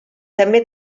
també